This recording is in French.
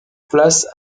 place